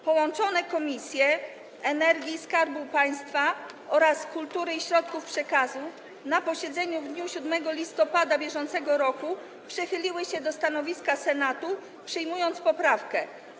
Połączone Komisje do Spraw Energii i Skarbu Państwa oraz Kultury i Środków Przekazu na posiedzeniu w dniu 7 listopada br. przychyliły się do stanowiska Senatu, przyjmując poprawkę.